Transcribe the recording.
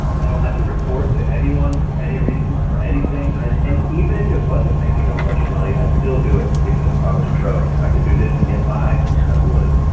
i don't have to report to anyone for any reason for anything. and and even if it wasn't making a bunch of money i'd still do it even if i was broke. if i could do this and get by yeah i would,